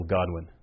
Godwin